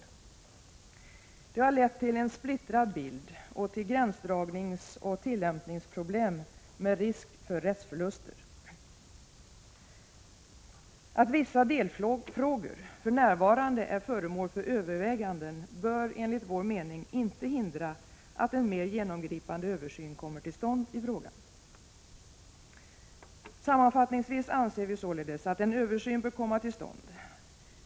Detta har lett till en splittrad bild och till gränsdragningsoch tillämpningsproblem med risk för rättsförluster. Att vissa delfrågor för närvarande är föremål för överväganden bör enligt vår mening inte hindra att en mer genomgripande översyn kommer till stånd i frågan. Sammanfattningsvis anser vi således att en översyn bör komma till stånd.